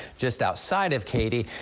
just outside of katy.